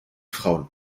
frauen